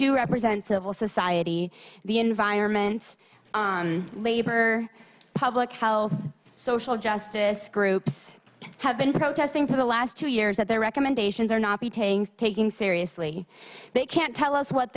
do represent civil society the environment labor public health social justice groups have been protesting for the last two years that their recommendations are not be taking taking seriously they can't tell us what